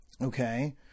okay